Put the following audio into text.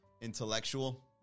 intellectual